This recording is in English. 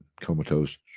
comatose